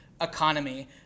economy